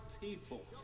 people